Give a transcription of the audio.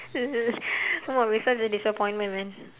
!whoa! we such a disappointment man